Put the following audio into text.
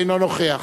אינו נוכח.